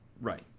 Right